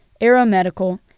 aeromedical